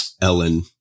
Ellen